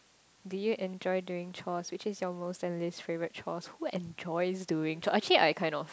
did you enjoy doing chores which is your most and least favourite chores who enjoys doing actually I kind of